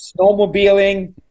snowmobiling